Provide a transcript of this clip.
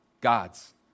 God's